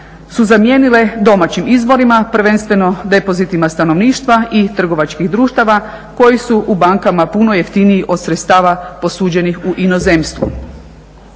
su zamijenile domaćim izvorima, prvenstveno depozitima stanovništva i trgovačkih društava koji su u bankama puno jeftiniji od sredstava posuđenih u inozemstvu.